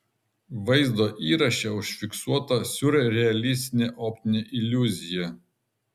vaizdo įraše užfiksuota siurrealistinė optinė iliuzija